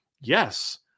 yes